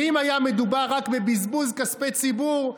ואם היה מדובר רק בבזבוז כספי ציבור,